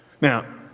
now